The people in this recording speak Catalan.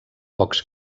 pocs